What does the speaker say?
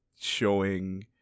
showing